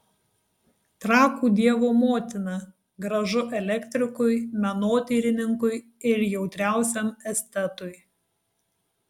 trakų dievo motina gražu elektrikui menotyrininkui ir jautriausiam estetui